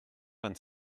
vingt